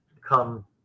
come